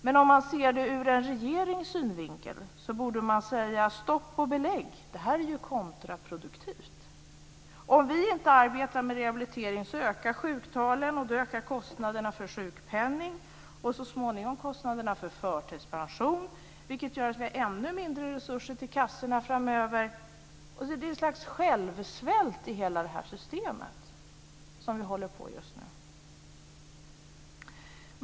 Men om man ser det ur regeringens synvinkel borde man säga: Stopp och belägg, det här är ju kontraproduktivt! Om vi inte arbetar med rehabilitering ökar sjuktalen, och då ökar kostnaderna för sjukpenning och så småningom kostnaderna för förtidspension, vilket gör att vi får ännu mindre resurser till kassorna framöver. Det är ett slags självsvält i hela det här systemet som vi håller på med just nu.